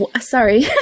sorry